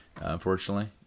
unfortunately